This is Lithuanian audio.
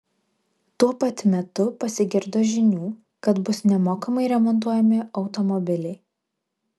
tuo pat metu pasigirdo žinių kad bus nemokamai remontuojami automobiliai